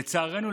לצערנו,